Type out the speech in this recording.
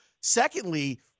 Secondly